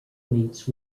meets